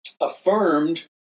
affirmed